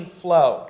flow